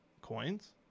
coins